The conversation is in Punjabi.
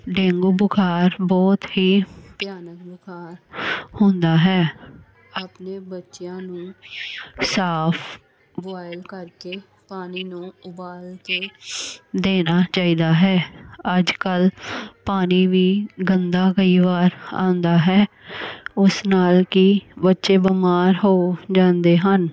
ਡੇਂਗੂ ਬੁਖਾਰ ਬਹੁਤ ਹੀ ਭਿਆਨਕ ਬੁਖਾਰ ਹੁੰਦਾ ਹੈ ਆਪਣੇ ਬੱਚਿਆਂ ਨੂੰ ਸਾਫ਼ ਬੋਆਇਲ ਕਰਕੇ ਪਾਣੀ ਨੂੰ ਉਬਾਲ ਕੇ ਦੇਣਾ ਚਾਹੀਦਾ ਹੈ ਅੱਜ ਕੱਲ੍ਹ ਪਾਣੀ ਵੀ ਗੰਦਾ ਕਈ ਵਾਰ ਆਉਂਦਾ ਹੈ ਉਸ ਨਾਲ ਕੀ ਬੱਚੇ ਬਿਮਾਰ ਹੋ ਜਾਂਦੇ ਹਨ